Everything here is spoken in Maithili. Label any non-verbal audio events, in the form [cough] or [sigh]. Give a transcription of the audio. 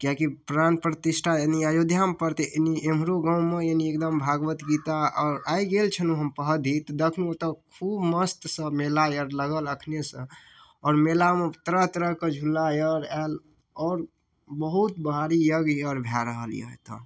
किएक कि प्राण प्रतिष्ठा यानि अयोध्यामे पड़तै एनि एम्हरो गाँवमे एन्नि एकदम भागवत गीता आओर आइ गेल छलहुँ हम [unintelligible] खूब मस्तसँ मेला आर लागल एखनेसँ आओर मेलामे तरह तरहके झूला आर आयल आओर बहुत भाड़ी यज्ञ आर भए रहल यऽ एतऽ